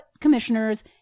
commissioners